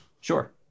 Sure